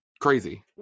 crazy